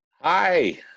Hi